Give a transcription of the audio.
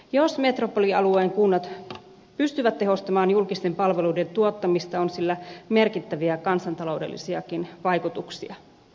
jos metropolialueen kunnat pystyvät tehostamaan julkisten palveluiden tuottamista on sillä merkittäviä kansantaloudellisiakin vaikutuksia